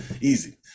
Easy